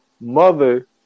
mother